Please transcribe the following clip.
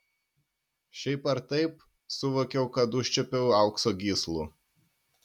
šiaip ar taip suvokiau kad užčiuopiau aukso gyslų